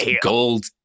gold